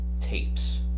tapes